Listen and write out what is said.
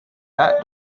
that